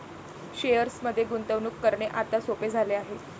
शेअर्समध्ये गुंतवणूक करणे आता सोपे झाले आहे